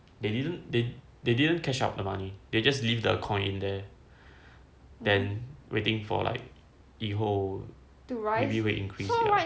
they didn't they didn't catch up the money they just leave the coin in there then waiting for like 以后 maybe will increase